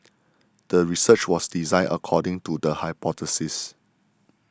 the research was designed according to the hypothesis